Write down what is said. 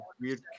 weird